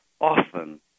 often